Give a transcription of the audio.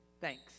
thanks